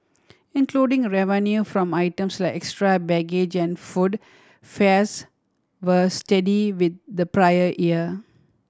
including revenue from items like extra baggage and food fares were steady with the prior year